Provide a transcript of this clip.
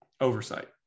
oversight